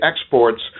exports